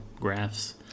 graphs